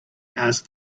asked